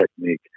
technique